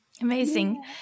Amazing